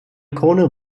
krone